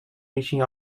reaching